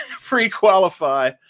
pre-qualify